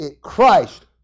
Christ